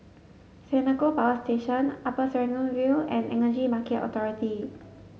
Senoko Power Station Upper Serangoon View and Energy Market Authority